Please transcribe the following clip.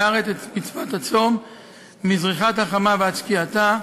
הארץ את מצוות הצום מזריחת החמה ועד שקיעתה,